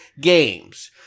games